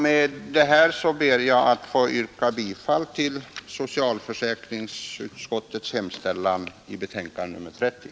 Med detta ber jag att få yrka bifall till socialförsäkringsutskottets hemställan i betänkande nr 30.